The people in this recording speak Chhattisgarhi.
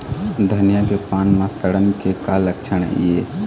धनिया के पान म सड़न के का लक्षण ये?